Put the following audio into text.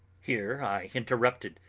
here i interrupted.